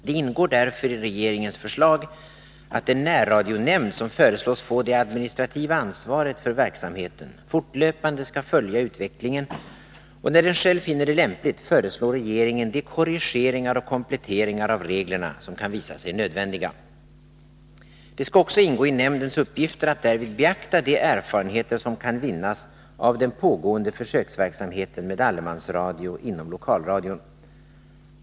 Det ingår därför i regeringens förslag att den närradionämnd som föreslås få det administrativa ansvaret för verksamheten fortlöpande skall följa utvecklingen och när den själv finner det lämpligt föreslå regeringen de korrigeringar och kompletteringar av reglerna som kan visa sig nödvändiga. Det skall också ingå i nämndens uppgifter att därvid beakta de erfarenheter som kan vinnas av den pågående försöksverksamheten med allemansradio inom lokalradion.